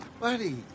buddy